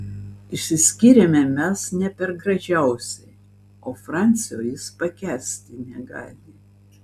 išsiskyrėme mes ne per gražiausiai o francio jis pakęsti negali